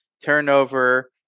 turnover